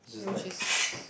which is